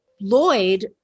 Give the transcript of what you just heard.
Lloyd